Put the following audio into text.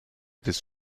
des